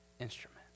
instrument